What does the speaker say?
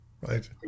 Right